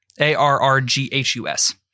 A-R-R-G-H-U-S